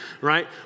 Right